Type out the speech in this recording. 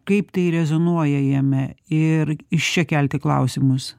kaip tai rezonuoja jame ir iš čia kelti klausimus